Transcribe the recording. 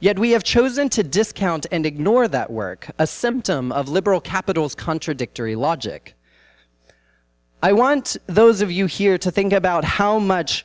yet we have chosen to discount and ignore that work a symptom of liberal capital's contradictory logic i want those of you here to think about how much